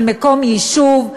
אל מקום יישוב,